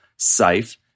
Safe